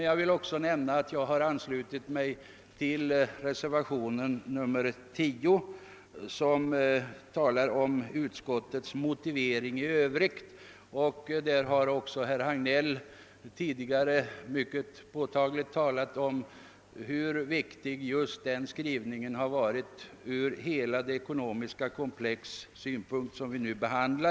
Jag vill också framhålla att jag har anslutit mig till reservationen 10 som berör utskottets motivering i övrigt. Herr Regnéll har tidigare mycket klart framhållit hur viktig den skrivningen varit med tanke på hela det ekonomiska komplex som nu behandias.